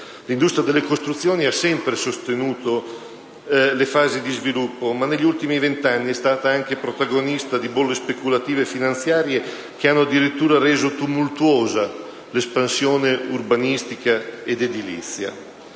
L'industria delle costruzioni ha sempre sostenuto le fasi di sviluppo, ma negli ultimi vent'anni è stata anche protagonista di bolle speculative e finanziarie che hanno addirittura reso tumultuosa l'espansione urbanistica ed edilizia.